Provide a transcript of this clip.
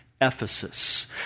ephesus